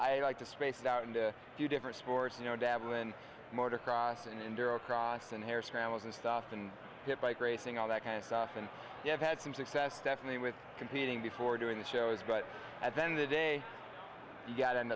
d like to space out and to do different sports you know dabble in mordor cross and endure a cross and hare scrambles and stuff and get bike racing all that kind of stuff and you have had some success definitely with competing before doing the show is but then the day you get